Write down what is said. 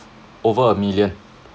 over a million